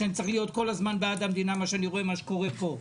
שאני צריך להיות כל הזמן בעד המדינה עם מה שאני רואה מה שקורה פה,